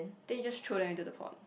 then you just throw them into the pot